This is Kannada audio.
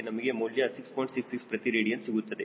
66 ಪ್ರತಿ ರೇಡಿಯನ್ ಸಿಗುತ್ತದೆ